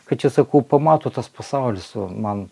kad čia sakau pamato tas pasaulis jau man